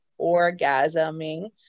orgasming